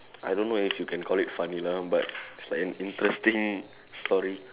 I don't know if you can call it funny lah but it's like an interesting story